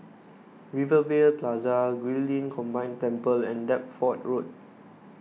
Rivervale Plaza Guilin Combined Temple and Deptford Road